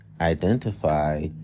identify